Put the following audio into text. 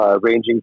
ranging